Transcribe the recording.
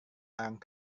orang